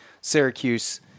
Syracuse